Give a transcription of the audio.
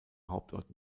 hauptort